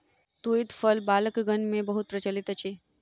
तूईत फल बालकगण मे बहुत प्रचलित अछि